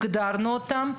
הגדרנו אותן,